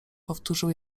powtórzył